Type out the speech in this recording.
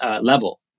level